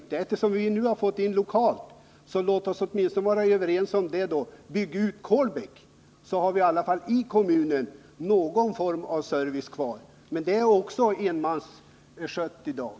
Låt oss, eftersom en lokal nu har ställts till förfogande, åtminstone vara överens om att bygga ut servicen i Kolbäck, så att kommunen kan behålla någon form av service på detta område. Också där har man i dag endast en man som sköter